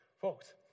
Folks